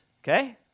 Okay